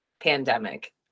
pandemic